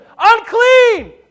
unclean